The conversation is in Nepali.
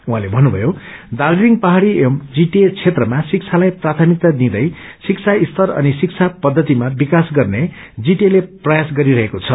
उहाँले भन्नुभयो दार्जीलिङ पहाड़ी एवं जीटीए क्षेत्रमा शिक्षालाई प्राथमिकता दिदै शिक्षा स्तर अनि शिक्षा पछतिमा विकास गर्ने जीटीए ले प्रयास गरि रोको छ